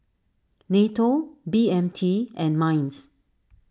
Nato B M T and Minds